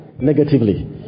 negatively